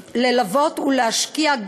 ללוות ולהשקיע,